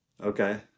Okay